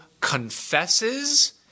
confesses